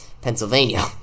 pennsylvania